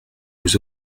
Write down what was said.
vous